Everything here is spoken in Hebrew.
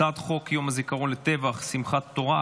הצעת חוק יום הזיכרון לטבח שמחת תורה,